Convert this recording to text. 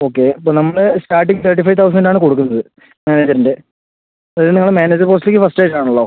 okay ഇപ്പോൾ നമ്മൾ starting thirty five thousand ആണ് കൊടുക്കുന്നത് മാനേജറിൻ്റ അത് നിങ്ങളെ മാനേജർ പോസ്റ്റിലേക്ക് ഫസ്റ്റ് ആയിട്ട് ആണല്ലൊ